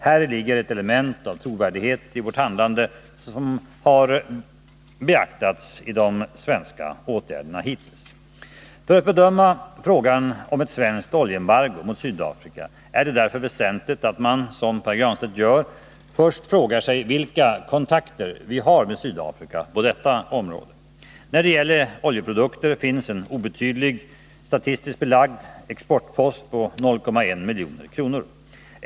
Häri ligger ett element av trovärdighet i vårt handlande som har beaktats i de svenska åtgärderna hittills. För att bedöma frågan om ett svenskt oljeembargo mot Sydafrika är det därför väsentligt att man, som Pär Granstedt gör, först frågar sig vilka kontakter vi har med Sydafrika på detta område. När det gäller oljeprodukter finns en obetydlig, statistiskt belagd exportpost på 0,1 milj.kr.